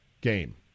game